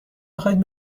بخواهید